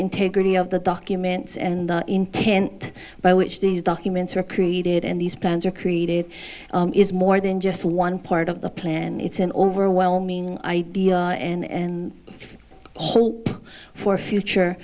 integrity of the documents and the intent by which these documents are created and these plans are created is more than just one part of the plan it's an overwhelming idea and hope for a future